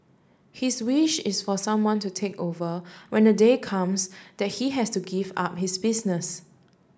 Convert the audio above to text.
his wish is for someone to take over when the day comes that he has to give up his business